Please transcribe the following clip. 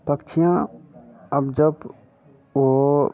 पक्षियाँ अब तक वह